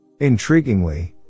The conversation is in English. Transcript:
Intriguingly